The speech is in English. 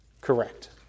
correct